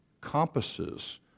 compasses